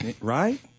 Right